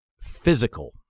physical